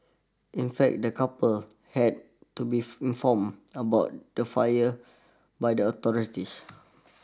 in fact the couple had to be informed about the fire by the authorities